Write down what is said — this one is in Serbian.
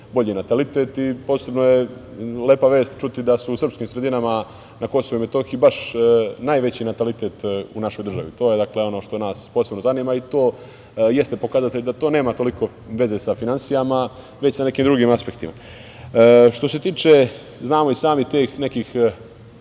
bolji natalitet. Posebno je lepa vest čuti da je u srpskim sredinama na KiM baš najveći natalitet u našoj državi. Dakle, to je ono što nas posebno zanima i to jeste pokazatelj da to nema toliko veze sa finansijama, već sa nekim drugim aspektima. Što se tiče tih nekih